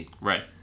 Right